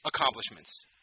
accomplishments